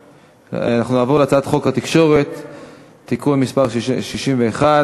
אנחנו נעבור להצעת חוק התקשורת (בזק ושידורים) (תיקון מס' 61)